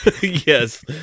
Yes